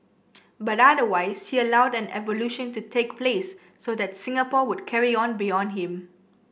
but otherwise he allowed an evolution to take place so that Singapore would carry on beyond him